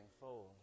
fold